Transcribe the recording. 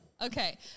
okay